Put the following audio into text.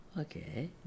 Okay